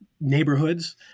neighborhoods